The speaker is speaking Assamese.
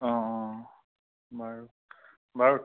অঁ অঁ বাৰু বাৰু